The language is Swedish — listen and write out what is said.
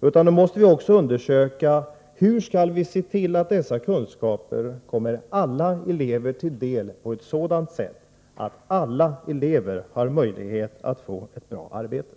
utan vi måste också undersöka hur vi skall kunna se till att dessa kunskaper kommer alla elever till del på ett sådant sätt att de alla ges möjlighet att få ett bra arbete.